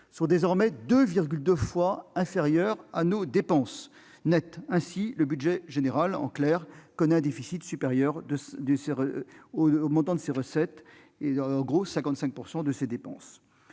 sont 2,2 fois inférieures aux dépenses nettes. Ainsi, le budget général connaît un déficit supérieur au montant de ses recettes et égal à 55 % de ses dépenses.